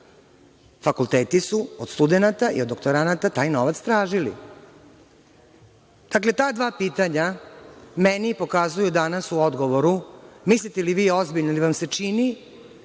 fakulteti su od studenata i od doktoranata taj novac tražili. Dakle, ta dva pitanja meni pokazuju danas u odgovoru, mislite li vi ozbiljno ili vam se čini